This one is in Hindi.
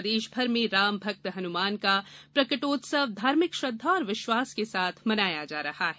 प्रदेश भर में रामभक्त हनुमान का प्रकटोत्सव धार्मिक श्रद्धा और विश्वास के साथ मनाया जा रहा है